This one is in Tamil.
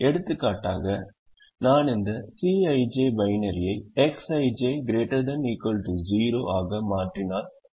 எடுத்துக்காட்டாக நான் இந்த Xij பைனரியை Xij ≥ 0 ஆக மாற்றினால் ஏற்படும்